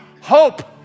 hope